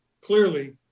clearly